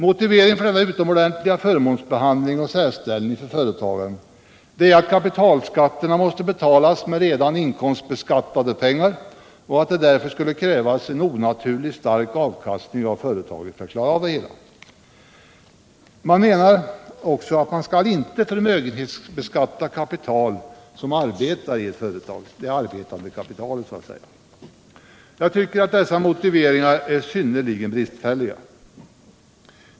Motiveringen för denna utomordentliga förmånsbehandling och särställning för företagaren är att kapitalskatterna måste betalas med redan inkomstbeskattade pengar och att det därför annars skulle krävas en onaturligt stark avkastning av företaget. Man menar också att kapital som arbetar i ett företag inte skall förmögenhetsbeskattas. Jag tycker att dessa motiveringar är synnerligen bristfälliga.